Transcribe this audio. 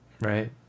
right